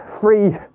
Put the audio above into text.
free